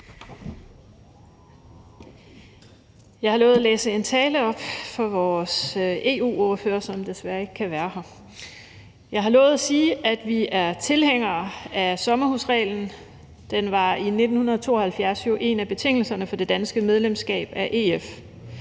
Jeg har lovet at læse en tale op fra vores EU-ordfører, som desværre ikke kan være her. Jeg har lovet at sige, at vi er tilhængere af sommerhusreglen. Den var jo i 1972 en af betingelserne for det danske medlemskab af EF.